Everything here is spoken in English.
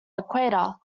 equator